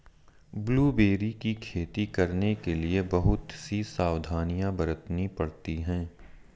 blueberry की खेती करने के लिए बहुत सी सावधानियां बरतनी पड़ती है